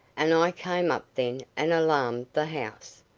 and i came up then and alarmed the house.